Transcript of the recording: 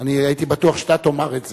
אני הייתי בטוח שאתה תאמר את זה.